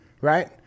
right